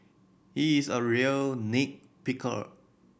he is a real nit picker